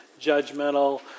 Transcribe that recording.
judgmental